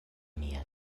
mia